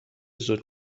زود